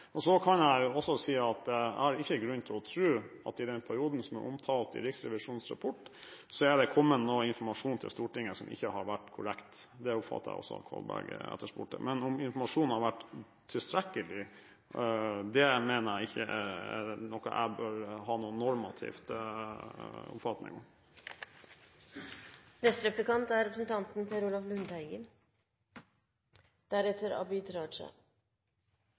Så kan jeg også si at jeg har ikke grunn til å tro at det i den perioden som er omtalt i Riksrevisjonens rapport, har kommet noen informasjon til Stortinget som ikke har vært korrekt. Det oppfattet jeg også at Kolberg etterspurte. Men om informasjonen har vært tilstrekkelig – det mener jeg ikke er noe jeg bør ha noen